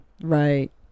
Right